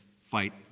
fight